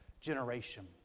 generation